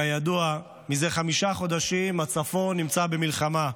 כידוע, מזה חמישה חודשים הצפון נמצא במלחמה,